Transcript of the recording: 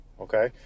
okay